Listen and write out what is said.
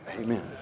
Amen